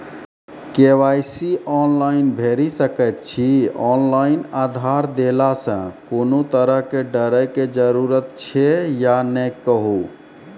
KYC online भैरि सकैत छी, ऑनलाइन आधार देलासॅ कुनू तरहक डरैक जरूरत छै या नै कहू?